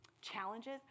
challenges